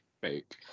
fake